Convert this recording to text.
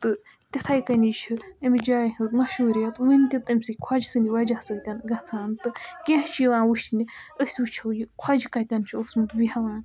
تہٕ تِتھٕے کٔنی چھِ اَمہِ جایہِ ہٕنٛز مَشہوٗریَت وُنہِ تہِ تٔمۍ سٕے خۄجہِ سٕنٛدِ وَجہ سۭتۍ گَژھان تہٕ کیٚنٛہہ چھِ یِوان وُچھنہِ أسۍ وُچھو یہِ خۄجہِ کَتٮ۪ن چھُ اوسمُت بیٚہوان